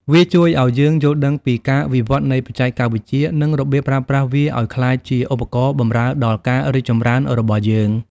វាជួយឱ្យយើងយល់ដឹងពីការវិវឌ្ឍនៃបច្ចេកវិទ្យា និងរបៀបប្រើប្រាស់វាឱ្យក្លាយជាឧបករណ៍បម្រើដល់ការរីកចម្រើនរបស់យើង។